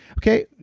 okay,